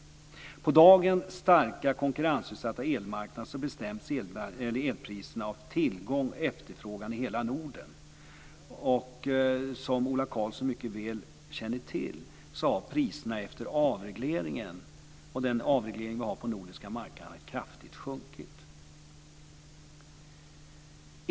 På dagens starkt konkurrensutsatta elmarknad bestäms elpriserna av tillgång och efterfrågan i hela Norden. Som Ola Karlsson mycket väl känner till har priserna efter avregleringen på de nordiska marknaderna kraftigt sjunkit.